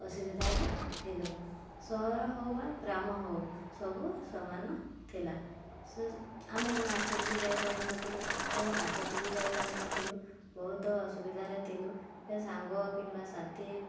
ଅସୁବିଧାରେ ଥିଲୁ ସହର ହଉ ବା ଗ୍ରାମ ହଉ ସବୁ ସମାନ ଥିଲା ସେ ଆମେ ମାର୍କେଟ୍ ବି ଯାଇପାରୁ ନଥିଲୁ କେଉଁ ହାଟକୁ ବି ଯାଇପାରୁ ନଥିଲୁ ବହୁତ ଅସୁବିଧାରେ ଥିଲୁ ସେ ସାଙ୍ଗ କିମ୍ବା ସାଥି